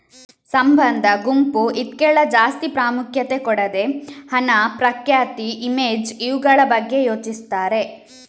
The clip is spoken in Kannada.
ಸಂಬಂಧ, ಗುಂಪು ಇದ್ಕೆಲ್ಲ ಜಾಸ್ತಿ ಪ್ರಾಮುಖ್ಯತೆ ಕೊಡದೆ ಹಣ, ಪ್ರಖ್ಯಾತಿ, ಇಮೇಜ್ ಇವುಗಳ ಬಗ್ಗೆ ಯೋಚಿಸ್ತಾರೆ